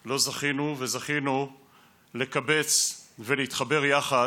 לא זכינו, וזכינו לקבץ ולהתחבר יחד